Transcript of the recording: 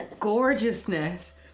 Gorgeousness